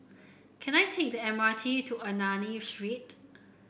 can I take the M R T to Ernani Street